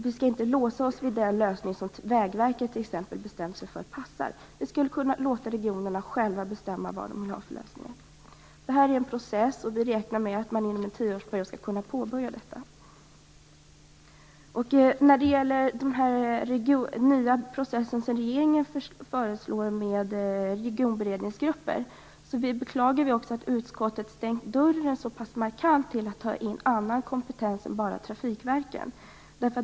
Vi skall inte låsa oss vid den lösning som t.ex. Vägverket bestämt sig för. Vi skall kunna låta regionerna själva bestämma vad de vill ha för lösningar. Detta är en process, och vi räknar med att man skall kunna påbörja detta inom en tioårsperiod. När det gäller den nya process som regeringen föreslår med regionberedningsgrupper beklagar vi att utskottet så markant har stängt dörren för att ta in annan kompetens än bara trafikverken.